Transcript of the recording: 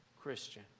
Christian